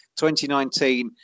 2019